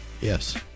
Yes